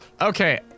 Okay